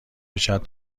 کشد